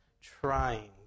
trying